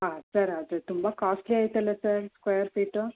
ಹಾಂ ಸರ್ ಅದು ತುಂಬ ಕಾಸ್ಟ್ಲಿ ಆಯಿತಲ್ಲ ಸರ್ ಸ್ಕ್ವಾಯರ್ ಫೀಟು